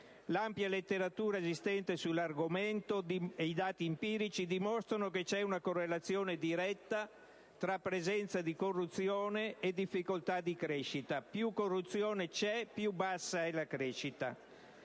L'ampia letteratura esistente sull'argomento e i dati empirici dimostrano che c'è una correlazione diretta tra presenza di corruzione e difficoltà della crescita: più corruzione c'è, più bassa è la crescita.